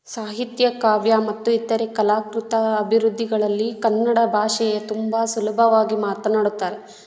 ಸಾಹಿತ್ಯ ಕಾವ್ಯ ಮತ್ತು ಇತರೆ ಕಲಾಕೃತಿ ಅಭಿವೃದ್ಧಿಗಳಲ್ಲಿ ಕನ್ನಡ ಭಾಷೆಯ ತುಂಬ ಸುಲಭವಾಗಿ ಮಾತನಾಡುತ್ತಾರೆ